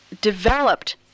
developed